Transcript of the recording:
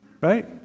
Right